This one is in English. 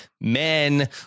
men